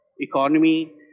economy